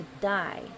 die